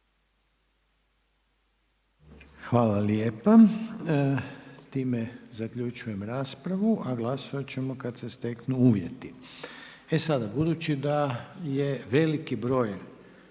Hvala lijepa. S time zaključujem raspravu, a glasovat ćemo kad se steknu uvjeti. **Jandroković,